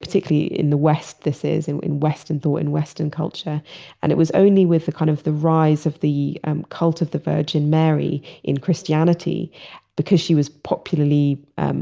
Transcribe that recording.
particularly in the west. this is and in western thought, in western culture and it was only with the kind of the rise of the um cult of the virgin mary in christianity because she was popularly